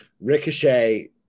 Ricochet